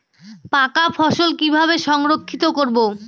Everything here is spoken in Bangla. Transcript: পাকা ফসল কিভাবে সংরক্ষিত করব?